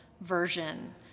version